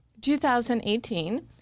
2018